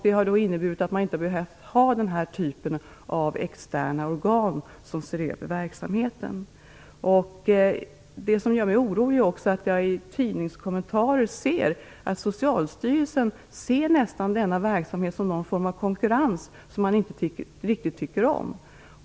Det har inneburit att man inte behövt ha den här typen av externa organ som ser över verksamheten. Det som också gör mig orolig är att jag i tidningskommentarer ser att Socialstyrelsen nästan ser den här verksamheten som någon form av konkurrens som man inte riktigt tycker om.